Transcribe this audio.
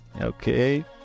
Okay